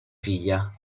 figlia